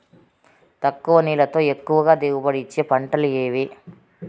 తక్కువ నీళ్లతో ఎక్కువగా దిగుబడి ఇచ్చే పంటలు ఏవి?